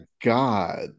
God